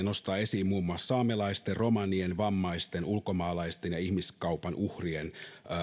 nostaa esiin muun muassa saamelaisten romanien vammaisten ulkomaalaisten ja ihmiskaupan uhrien